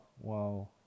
wow